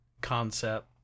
concept